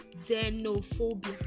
xenophobia